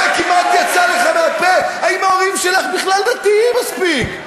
הרי כמעט יצא לך מהפה: האם ההורים שלך בכלל דתיים מספיק?